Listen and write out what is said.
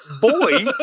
boy